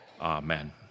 amen